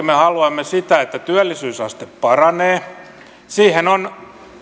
me haluamme sitä että työllisyysaste paranee siihen on